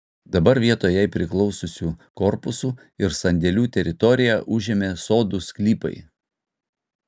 dabar vietoj jai priklausiusių korpusų ir sandėlių teritoriją užėmė sodų sklypai